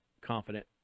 confident